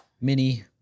mini